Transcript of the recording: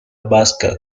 vasca